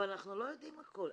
אבל אנחנו לא יודעים הכל.